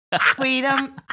Freedom